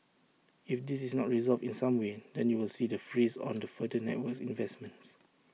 if this is not resolved in some way then you will see the freeze on the further network investments